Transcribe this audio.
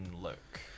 look